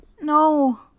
No